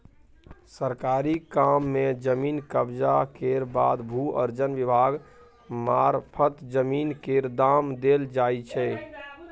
सरकारी काम मे जमीन कब्जा केर बाद भू अर्जन विभाग मारफत जमीन केर दाम देल जाइ छै